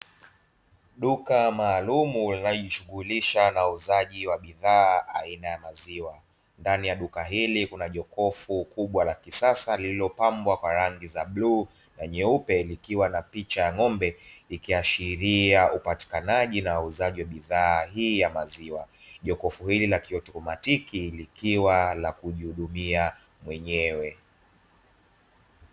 Duka maalumu linalojishughulisha na uuzaji wa bidhaa aina ya maziwa. Ndani ya duka hili kuna jokofu kubwa la kisasa lililopambwa kwa rangi za bluu na nyeupe likiwa na picha ya ng'ombe likiashiria upatikanaji na uuzaji wa bidhaa hii ya maziwa. Jokofu hili la kiautomatiki likiwa la kujihudumia mwenyewe.